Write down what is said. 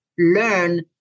learn